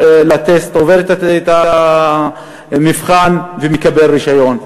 עובר את המבחן ומקבל רישיון.